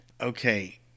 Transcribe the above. okay